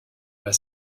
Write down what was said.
pas